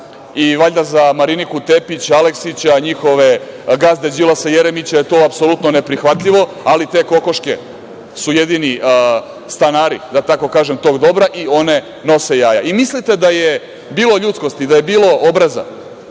i valjda za Mariniku Tepić, Aleksića, njihove gazde Đilasa i Jeremića je to apsolutno neprihvatljivo, ali te kokoške su jedini stanari, da tako kažem, tog dobra i one nose jaja. Mislite da je bilo ljudskosti, da je bilo obraza